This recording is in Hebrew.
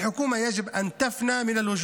הממשלה הזאת צריכה להפסיק להתקיים.